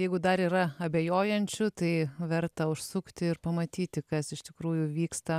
jeigu dar yra abejojančių tai verta užsukti ir pamatyti kas iš tikrųjų vyksta